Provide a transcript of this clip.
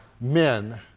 men